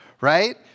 right